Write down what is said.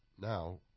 now